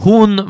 Hon